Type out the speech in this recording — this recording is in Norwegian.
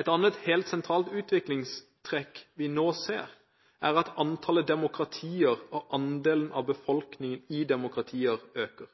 Et annet helt sentralt utviklingstrekk vi nå ser, er at antallet demokratier og andelen av befolkningen i demokratier øker.